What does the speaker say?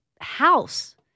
house